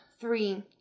three